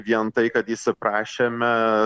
vien tai kad įsiprašėme